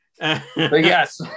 Yes